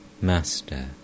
Master